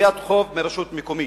לגביית חוב מרשות מקומית.